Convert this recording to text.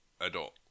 adult